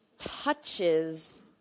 touches